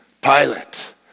Pilate